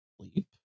Sleep